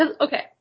okay